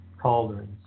cauldrons